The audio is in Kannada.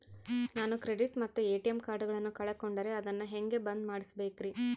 ನಾನು ಕ್ರೆಡಿಟ್ ಮತ್ತ ಎ.ಟಿ.ಎಂ ಕಾರ್ಡಗಳನ್ನು ಕಳಕೊಂಡರೆ ಅದನ್ನು ಹೆಂಗೆ ಬಂದ್ ಮಾಡಿಸಬೇಕ್ರಿ?